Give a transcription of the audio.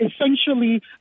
essentially